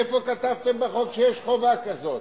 איפה כתבתם בחוק שיש חובה כזאת?